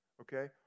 Okay